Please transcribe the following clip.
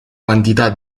quantità